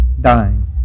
dying